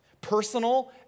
Personal